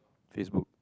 Facebook